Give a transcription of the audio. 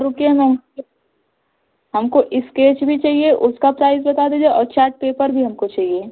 रुकिए ना हमको इस्केच भी चाहिए उसका प्राइज़ बता दीजिए और चाट पेपर भी हमको चाहिए